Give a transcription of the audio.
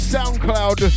Soundcloud